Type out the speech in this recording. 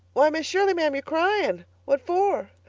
why, miss shirley, ma'am, you're crying! what for?